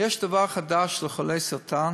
יש דבר חדש לחולי סרטן,